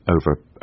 over